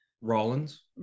rollins